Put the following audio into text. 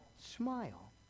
smile